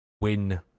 win